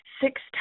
six